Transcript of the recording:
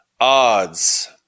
odds